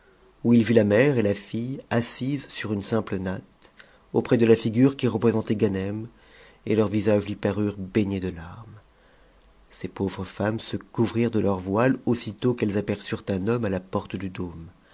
où il vit la mère et la fille assises sur une simple natte auprès de la figure qui représentait ganem et leurs visages lui parurent baignés de larmes ces pauvres femmes se couvrirent de leurs voiles aussitôt qu'elles aperçurent un homme à la porte du dôme